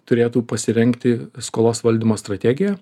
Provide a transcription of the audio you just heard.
turėtų pasirengti skolos valdymo strategiją